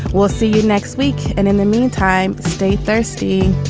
we'll see you next week. and in the meantime, stay thirsty